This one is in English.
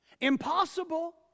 Impossible